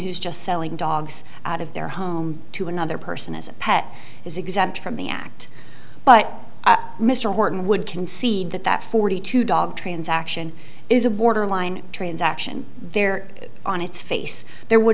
who's just selling dogs out of their home to another person as a pet is exempt from the act but mr horton would concede that that forty two dog transaction is a borderline transaction there on its face there would